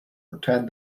returned